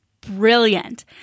Brilliant